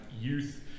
youth